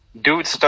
Dude